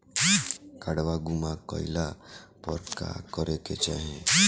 काडवा गुमा गइला पर का करेके चाहीं?